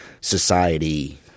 society